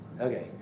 okay